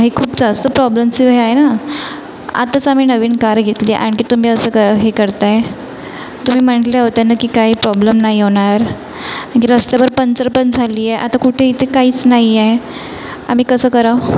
हे खूप जास्त प्रॉब्लेमचं हे आहे ना आत्ताच आम्ही नवीन कार घेतली आणखी तुम्ही असं का हे करताय तुम्ही म्हटले होते ना की काही पॉब्लम नाही होणार ग्रस्तभर पंचर पण झाली आहे आता कुठे इथे काहीच नाही आहे आम्ही कसं कराव